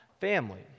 family